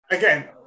Again